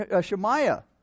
Shemaiah